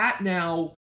Now